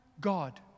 God